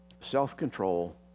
Self-control